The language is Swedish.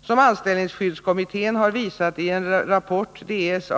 Som anställningsskyddskommittén har visat i en rapport , finns